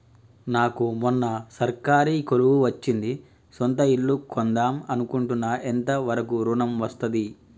నాకు మొన్న సర్కారీ కొలువు వచ్చింది సొంత ఇల్లు కొన్దాం అనుకుంటున్నా ఎంత వరకు ఋణం వస్తది?